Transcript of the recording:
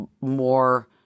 more